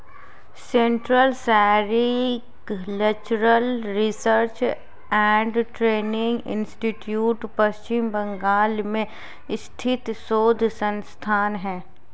central sericultural research and training institute Paschim Bangal में स्थित शोध संस्थान है